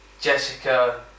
Jessica